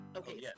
okay